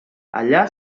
allà